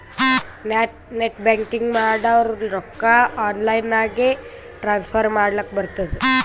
net banking ಮಾಡುರ್ ರೊಕ್ಕಾ online ನಾಗೆ ಟ್ರಾನ್ಸ್ಫರ್ ಮಾಡ್ಲಕ್ ಬರ್ತುದ್